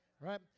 Right